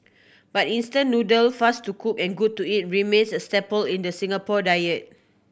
but instant noodles fast to cook and good to eat remains a staple in the Singapore diet